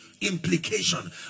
implication